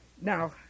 Now